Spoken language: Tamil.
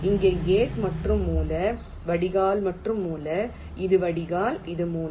இங்கே கேட் மற்றும் மூல வடிகால் மற்றும் மூல இது வடிகால் இது மூல